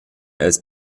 els